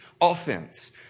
offense